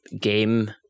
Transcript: game